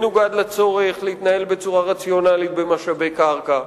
מנוגד לצורך להתנהל בצורה רציונלית במשאבי קרקע.